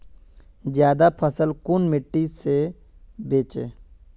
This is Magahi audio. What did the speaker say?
ज्यादा फसल कुन मिट्टी से बेचे?